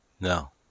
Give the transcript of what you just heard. No